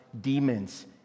demons